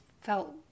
felt